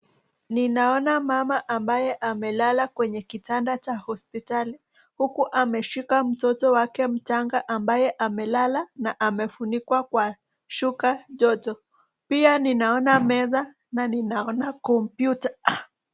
Ninaona mama ambaye amelala kwenye kitanda cha hospitali, huku ameshika mtoto wake mchanga ambaye amelala na amefunikwa kwa shuka joto. Pia ninaona meza na ninaona computer .